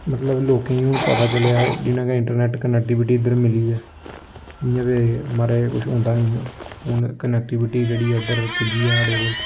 मतलब लोकें गी हून पता चलेआ ऐ जिन्नां कि इंटरनैट्ट कनैक्टीविटी इद्धर मिली ऐ इ'यां ते महाराज कुछ होंदा निं हा हून कनैक्टीविटी जेह्ड़ी ऐ इद्धर पुज्जी ऐ साढ़े कोल